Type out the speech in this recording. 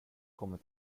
kommer